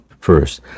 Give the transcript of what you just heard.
first